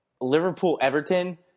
Liverpool-Everton